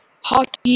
Hot